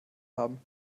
haben